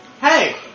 Hey